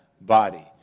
body